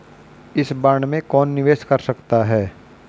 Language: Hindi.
इस बॉन्ड में कौन निवेश कर सकता है?